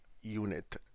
unit